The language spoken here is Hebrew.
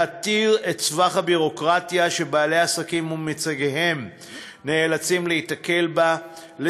להתיר את סבך הביורוקרטיה שבעלי עסקים ומייצגיהם נאלצים להיתקל בה,